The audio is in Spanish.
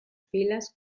filas